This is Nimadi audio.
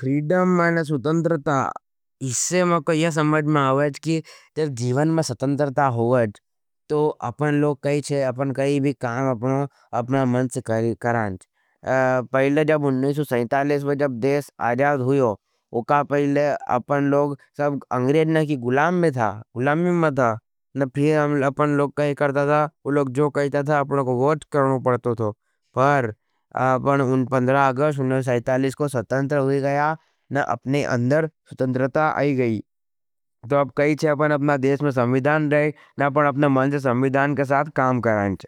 प्रीडम माने स्वतंतरता इससे में कईया समझ में आवाज की जब जीवन में स्वतंतरता होगाज। तो अपन लोग कही छे। अपन कही भी काम अपना मन से कराँज पहले जब उन्नीस सौ सेंतलीस पर जब देश आजाध हुयो। उका पहले अपन लोग सब अंग्रेट ना की गुलाम में था गुलाम में में था न फिर अपन लोग कही करता था उलोग जो कही था था। अपना को वोट करने पड़तो थो पर अपन उन पंदरा अगर ऊनीस सौ सेंतलीस को स्वतंतर होगी गया। न अपने अंदर स्वतंतरता आई गई तो अब कही थे। अपना देश में संविधान रहे। न अपना अपने मन्ज संविधान का साथ काम करांच